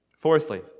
Fourthly